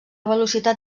velocitat